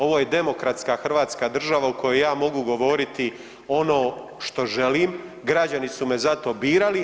Ovo je demokratska hrvatska država u kojoj ja mogu govoriti ono što želim, građani su me za to birali.